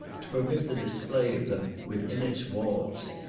to permit the display of them within its walls.